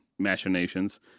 machinations